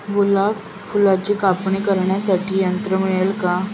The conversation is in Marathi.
गुलाब फुलाची कापणी करण्यासाठी यंत्र उपलब्ध आहे का?